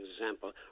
example